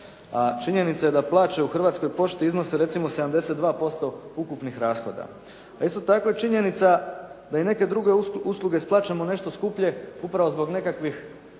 a činjenica je da plaće u Hrvatskoj pošti iznose recimo 72% ukupnih rashoda. A isto tako je činjenica da i neke druge usluge plaćamo nešto skuplje upravo zbog nekih